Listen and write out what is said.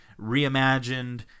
reimagined